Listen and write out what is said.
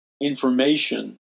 information